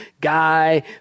guy